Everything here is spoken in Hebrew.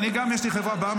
אני גם, יש לי חברה בע"מ.